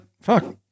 fuck